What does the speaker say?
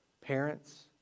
parents